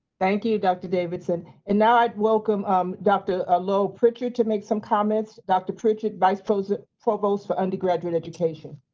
thank you dr. davidson. and now i'd welcome um dr. ah laurel pritchard to make some comments. dr. pritchard, vice provost provost for undergraduate education